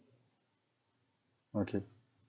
okay